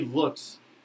looks